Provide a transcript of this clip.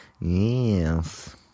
Yes